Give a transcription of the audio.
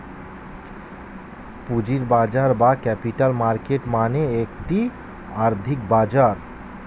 পুঁজির বাজার বা ক্যাপিটাল মার্কেট মানে একটি আর্থিক বাজার